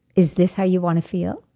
is this how you want to feel?